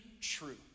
true